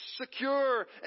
secure